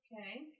okay